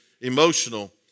emotional